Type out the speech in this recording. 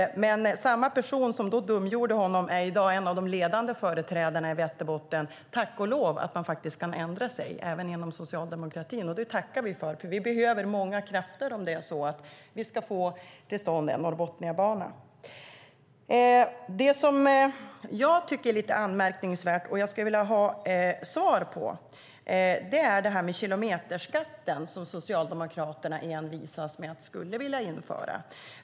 Samma person som då dumförklarade honom är i dag en av de ledande företrädarna i Västerbotten för banan. Tack och lov att man faktiskt kan ändra sig även inom socialdemokratin! Det tackar vi för, för vi behöver många krafter om vi ska få till stånd en Norrbotniabana. Det som jag tycker är lite anmärkningsvärt och skulle vilja ha svar på är det här med kilometerskatten som Socialdemokraterna envisas med att vilja införa.